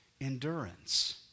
endurance